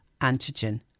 antigen